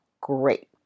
great